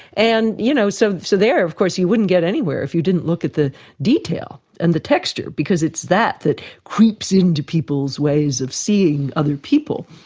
and you know so so there, of course, you wouldn't get anywhere if you didn't look at the detail and the texture because it's that that creeps into people's ways of seeing other people.